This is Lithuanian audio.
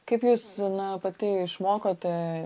kaip jūs na pati išmokote